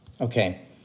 Okay